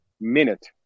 minute